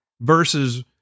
versus